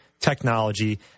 technology